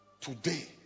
Today